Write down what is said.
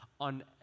on